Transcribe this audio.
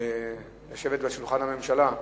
לשבת בשולחן הממשלה,